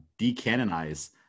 decanonize